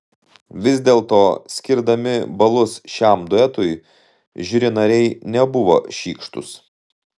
vis dėlto skirdami balus šiam duetui žiuri nariai nebuvo šykštūs